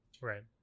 Right